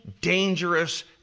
dangerous